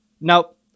Nope